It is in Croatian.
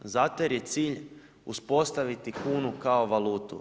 Zato jer je cilj uspostaviti kunu kao valutu.